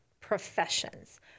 professions